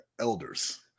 elders